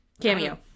cameo